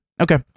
Okay